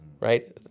right